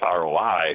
ROI